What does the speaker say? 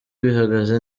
bihagaze